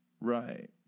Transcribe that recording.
right